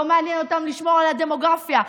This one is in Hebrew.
לא מעניין אותם לשמור על הדמוגרפיה,